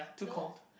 no